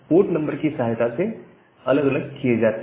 port number की सहायता से अलग अलग किए जाते हैं